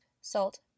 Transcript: salt